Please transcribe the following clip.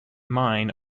mine